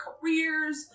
careers